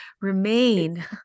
remain